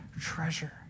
treasure